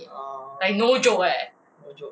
ah no joke